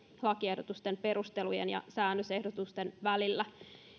lakiehdotusten perustelujen ja säännösehdotusten välillä